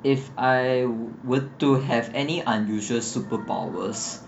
if I would to have any unusual superpowers